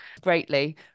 greatly